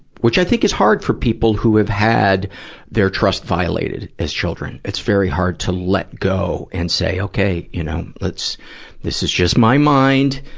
which i think is hard for people who have had their trust violated as children. it's very hard to let go and say, okay, you know this is just my mind